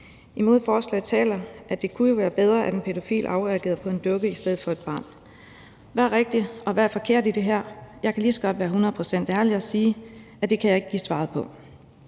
Imod forslaget taler, at det jo kunne være bedre, at en pædofil afreagerede på en dukke i stedet for på et barn. Hvad er rigtigt, og hvad er forkert i det her? Jeg kan lige så godt være hundrede procent ærlig og sige, at det kan jeg ikke give svaret på.